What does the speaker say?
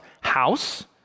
house